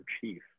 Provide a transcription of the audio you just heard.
Chief